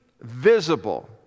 visible